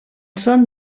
són